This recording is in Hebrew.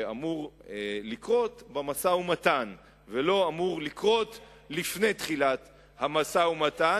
שאמור לקרות במשא-ומתן ולא אמור לקרות לפני תחילת המשא-ומתן,